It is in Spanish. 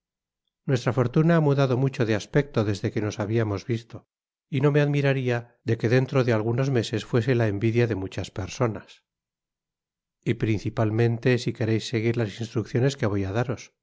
nuestra fortuna ha mudado mucho de aspecto desde que nos habiamos visto y no me admiraria de que dentro de algunos meses fuese la envidia de muchas personas y principalmente si quereis seguir las instrucciones que voy á daros